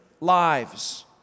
lives